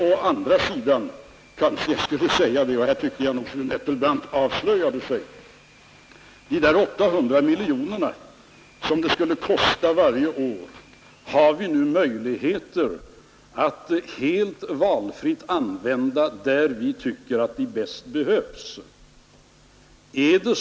Å andra sidan kanske jag skulle säga — och därvidlag tycker jag nog att fru Nettelbrandt avslöjade sig — att dessa 800 miljoner, som det skulle kosta varje år, har vi nu möjligheter att helt valfritt använda där vi tycker att det bäst behövs.